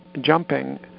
jumping